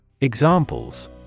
Examples